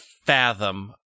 fathom